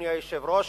אדוני היושב-ראש,